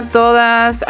todas